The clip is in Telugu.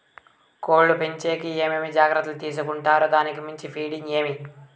కోళ్ల పెంచేకి ఏమేమి జాగ్రత్తలు తీసుకొంటారు? దానికి మంచి ఫీడింగ్ ఏమి?